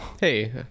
Hey